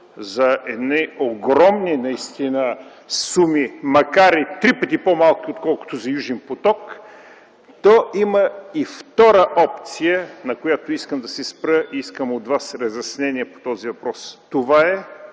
за едни огромни суми, макар и три пъти по-малки отколкото за „Южен поток”, то има и втора опция, на която искам да се спра и искам от Вас разяснение по този въпрос. Това е